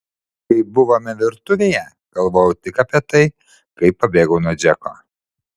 kai buvome virtuvėje galvojau tik apie tai kaip pabėgau nuo džeko